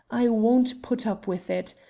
i won't put up with it.